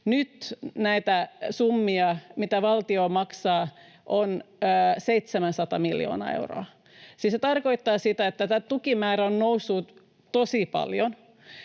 Nyt tämä summa, minkä valtio maksaa, on 700 miljoonaa euroa. Siis se tarkoittaa sitä, että tämä tukimäärä on noussut tosi paljon.